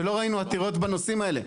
ולא ראינו עתירות בנושאים האלה.